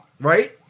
Right